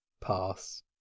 pass